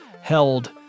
held